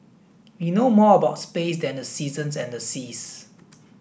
we know more about space than the seasons and the seas